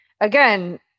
again